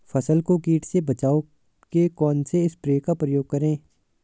फसल को कीट से बचाव के कौनसे स्प्रे का प्रयोग करें?